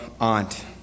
aunt